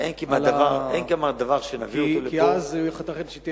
כי אז יכול להיות שתהיה,